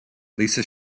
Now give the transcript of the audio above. lisa